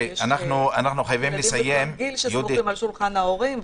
היום יש ילדים בכל גיל שסמוכים על שולחן ההורים,